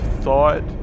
thought